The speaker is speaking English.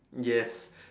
yes